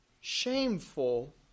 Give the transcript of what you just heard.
shameful